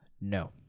No